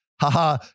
haha